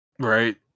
right